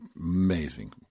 Amazing